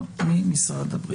בוקר